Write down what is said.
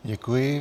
Děkuji.